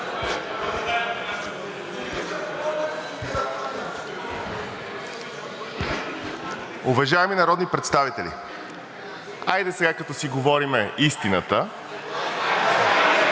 Уважаеми народни представители! Хайде сега, като си говорим истината,